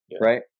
Right